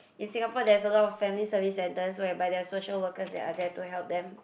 in Singapore there's a lot of family service centers whereby there are social workers that are there to help them